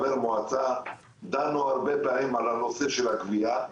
כחבר מועצה דנו הרבה פעמים על הנושא של הגבייה,